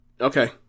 Okay